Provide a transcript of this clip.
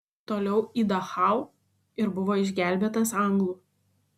toliau į dachau ir buvo išgelbėtas anglų